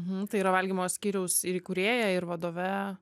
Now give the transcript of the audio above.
mhm tai yra valdymo skyriaus įkūrėja ir vadove